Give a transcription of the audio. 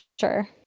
sure